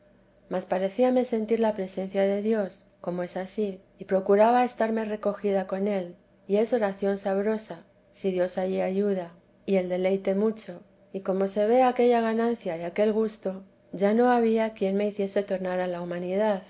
atrevimiento mas parecíame sentir ia presencia de dios como es ansí y procuraba estarme recogida con él y es oración sabrosa si dios allí ayuda y el deleite mucho y como se ve aquella ganancia y aquel gusto ya no había quien me hiciese tornar a la humanidad